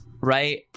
right